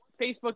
Facebook